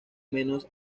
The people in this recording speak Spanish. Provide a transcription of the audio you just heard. menos